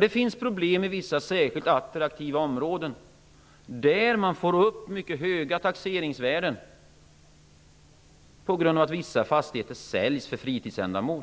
Det finns problem i vissa, särskilt attraktiva områden, där husen får mycket höga taxeringsvärden på grund av att vissa fastigheter säljs för fritidsändamål.